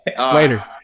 Later